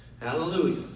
Hallelujah